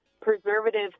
preservative